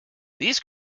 these